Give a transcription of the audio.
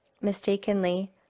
mistakenly